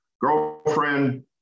girlfriend